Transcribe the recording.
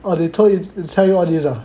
!wah! they tell you they tell you all these ah